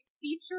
feature